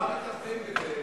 כבר מטפלים בזה,